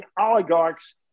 oligarchs